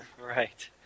Right